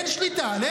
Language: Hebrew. מה